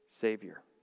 Savior